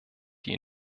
die